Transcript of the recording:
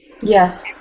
Yes